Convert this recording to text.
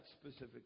specific